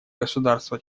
государства